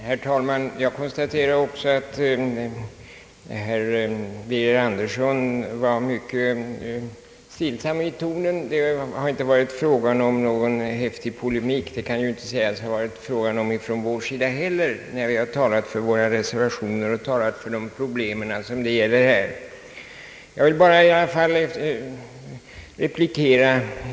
Herr talman! Jag konstaterar också att herr Birger Andersson var mycket stillsam i tonen. Det har inte varit fråga om någon häftig polemik från hans sida — och inte heller från vår sida när vi har talat för våra reservationer rörande en del av de problem det här gäller. Jag vill bara göra ett par repliker.